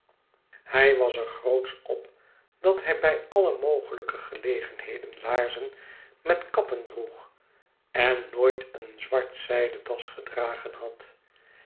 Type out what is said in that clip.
hij was er grootsch op dat hij bij alle mogelijke gelegenheden laarzen met kappen droeg en nooit een zwartzijdendasgedragenhad en hij